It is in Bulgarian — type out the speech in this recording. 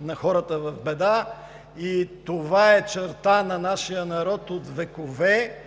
на хората в беда. Това е черта на нашия народ от векове,